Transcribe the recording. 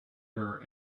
her